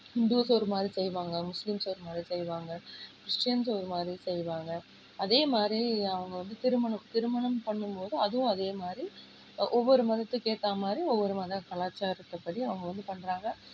Hindus ஒரு மாதிரி செய்வாங்க முஸ்லிம்ஸ் ஒரு மாதிரி செய்வாங்க கிறிஸ்டின்ஸ் ஒரு மாதிரி செய்வாங்க அதே மாதிரி அவங்க வந்து திருமணம் திருமணம் பண்ணும்போதும் அதுவும் அதேமாதிரி ஒவ்வொரு மதத்துக்கு ஏற்ற மாதிரி ஒவ்வொரு மதக்கலாச்சாரத்துப்படி அவங்க வந்து பண்ணுறாங்க